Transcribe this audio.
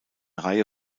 reihe